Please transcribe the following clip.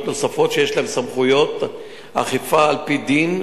נוספות שיש להן סמכויות אכיפה על-פי דין,